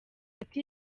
ati